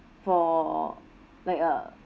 for like a